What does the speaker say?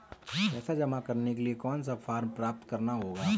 पैसा जमा करने के लिए कौन सा फॉर्म प्राप्त करना होगा?